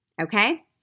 Okay